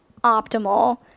optimal